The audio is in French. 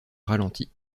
ralenti